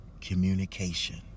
communication